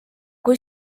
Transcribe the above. kui